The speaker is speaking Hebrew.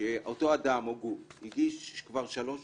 שאותו אדם או גוף הגיש כבר שלוש